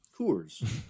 Coors